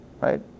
right